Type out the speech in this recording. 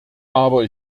aber